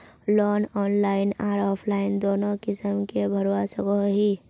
Loan online आर offline दोनों किसम के भरवा सकोहो ही?